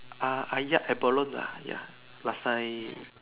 Ah-Yat abalone yet last time